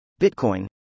Bitcoin